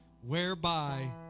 whereby